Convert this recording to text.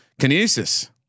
Kinesis